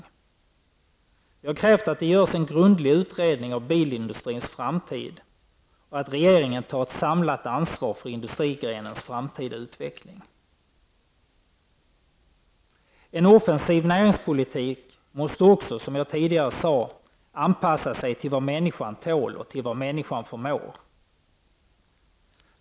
Vi har krävt att det görs en grundlig utredning av bilindustrins framtid och att regeringen tar ett samlat ansvar för industrigrenens framtida utveckling. Som jag tidigare sade måste en offensiv näringspolitik också anpassas till vad människan tål och till vad människan förmår.